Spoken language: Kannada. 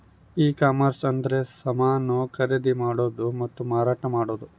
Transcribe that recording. ಈ ಕಾಮರ್ಸ ಅಂದ್ರೆ ಸಮಾನ ಖರೀದಿ ಮಾಡೋದು ಮತ್ತ ಮಾರಾಟ ಮಾಡೋದು